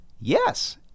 Yes